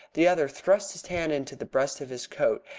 the other thrust his hand into the breast of his coat,